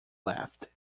left